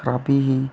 खराबी ही